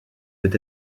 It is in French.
peut